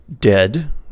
dead